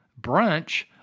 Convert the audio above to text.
brunch